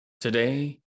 today